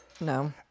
No